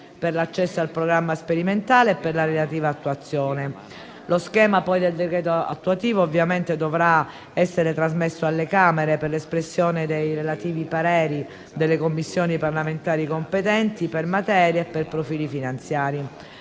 per l'accesso al programma sperimentale e per la relativa attuazione. Lo schema del decreto attuativo dovrà essere trasmesso alle Camere per l'espressione dei relativi pareri delle Commissioni parlamentari competenti per materia e per profili finanziari.